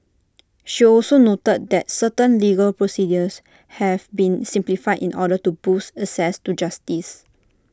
she also noted that certain legal procedures have been simplified in order to boost access to justice